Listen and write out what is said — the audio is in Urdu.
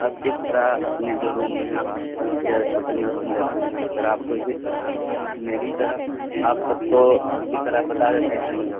آپ کس طرح اپنے جو روم ہیں آپ کے ہوٹل میں روم لیتے ہیں کس طرح آپ کو اسی طرح میری طرح آپ سب کو اسی طرح بتا دیتے ہیں اسکیم